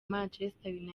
manchester